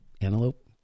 antelope